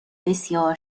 بسیار